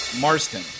Marston